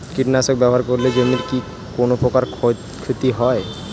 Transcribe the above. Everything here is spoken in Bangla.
কীটনাশক ব্যাবহার করলে জমির কী কোন প্রকার ক্ষয় ক্ষতি হয়?